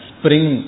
spring